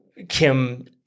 Kim